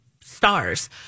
stars